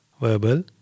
verbal